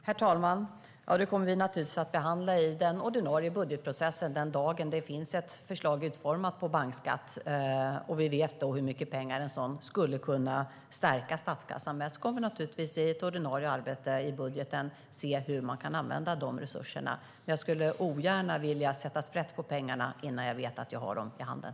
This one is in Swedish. Herr talman! Detta kommer vi givetvis att behandla i den ordinarie budgetprocessen. Den dag ett förslag på bankskatt är utformat och vi vet hur mycket pengar en sådan kan stärka statskassan med kommer vi att i ett ordinarie arbete med budgeten se hur vi kan använda dessa resurser. Jag vill dock ogärna sätta sprätt på pengarna innan jag vet att jag har dem i handen.